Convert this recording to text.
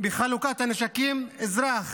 בחלוקת הנשקים, אזרח